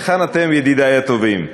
היכן אתם, ידידי הטובים?